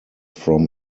from